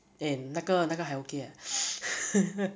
eh 那个那个还 okay leh